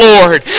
Lord